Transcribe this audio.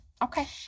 Okay